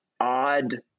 odd